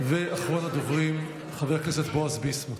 אחרון הדוברים, חבר הכנסת בועז ביסמוט.